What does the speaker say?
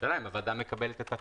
השאלה אם הוועדה מקבלת את הטענות,